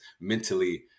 mentally